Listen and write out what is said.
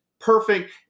perfect